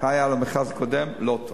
שהיה לה מכרז קודם לא טוב.